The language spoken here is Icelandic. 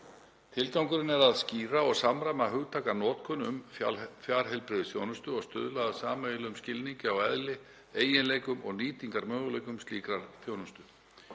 Tilgangurinn er að skýra og samræma hugtakanotkun um fjarheilbrigðisþjónustu og stuðla að sameiginlegum skilningi á eðli, eiginleikum og nýtingarmöguleikum slíkrar þjónustu.